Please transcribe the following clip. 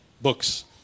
books